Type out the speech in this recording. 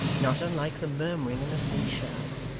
not unlike the murmuring in a sea-shell.